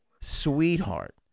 sweetheart